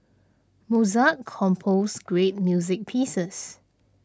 Mozart composed great music pieces